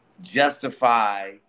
justify